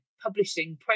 publishing